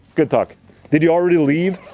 good talk did you already leave?